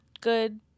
good